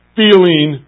feeling